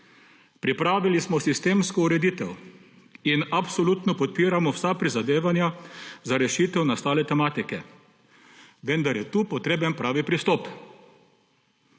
»Pripravili smo sistemsko ureditev in absolutno podpiramo vsa prizadevanja za rešitev nastale tematike, vendar je tukaj potreben pravi pristop.«